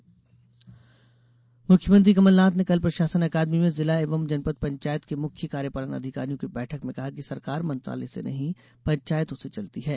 कार्यशाला मुख्यमंत्री कमल नाथ ने कल प्रशासन अकादमी में जिला एवं जनपद पंचायत के मुख्य कार्यपालन अधिकारियों की बैठक में कहा कि सरकार मंत्रालय से नहीं पंचायतों से चलती है